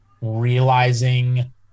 realizing